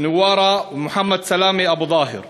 נווארה ומוחמד סלאמה אבו טאהר